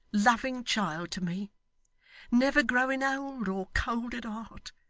loving child to me never growing old or cold at heart,